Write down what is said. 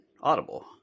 Audible